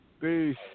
Peace